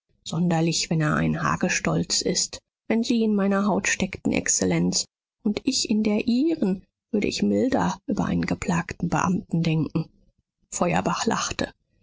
sonderlich wenn er ein hagestolz ist wenn sie in meiner haut steckten exzellenz und ich in der ihren würde ich milder über einen geplagten beamten denken feuerbach lachte